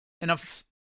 enough